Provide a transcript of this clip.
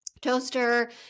toaster